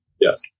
Yes